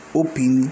open